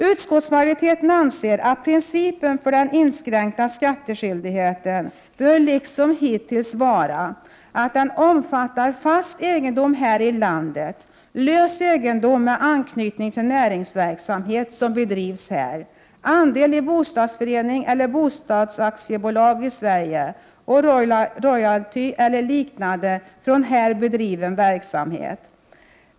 Utskottsmajoriteten anser att principen för den inskränkta skattskyldigheten bör liksom hittills vara att den omfattar fast egendom här i landet, lös egendom med anknytning till näringsverksamhet som bedrivs här, andel i bostadsförening eller bostadsaktiebolag i Sverige och royalty eller liknande från här bedriven verksamhet.